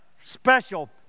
special